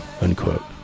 unquote